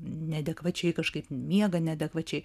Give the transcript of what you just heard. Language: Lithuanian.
neadekvačiai kažkaip miega neadekvačiai